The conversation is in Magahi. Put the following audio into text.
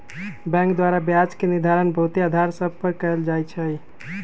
बैंक द्वारा ब्याज के निर्धारण बहुते अधार सभ पर कएल जाइ छइ